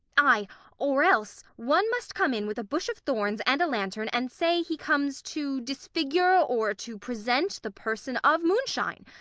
ay or else one must come in with a bush of thorns and a lantern, and say he comes to disfigure or to present the person of moonshine.